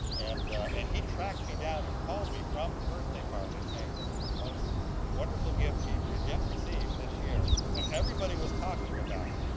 and and he tracked me down and called me from the birthday party saying, this was the most wonderful gift he'd yet received this year, and everybody was talking about it.